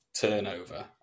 turnover